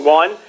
one